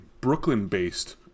Brooklyn-based